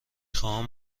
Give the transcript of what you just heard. خواهم